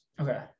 Okay